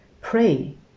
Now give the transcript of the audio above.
pray